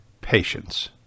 patience